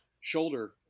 shoulder